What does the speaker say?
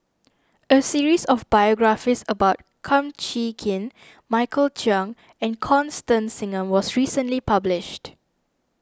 a series of biographies about Kum Chee Kin Michael Chiang and Constance Singam was recently published